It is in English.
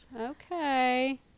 okay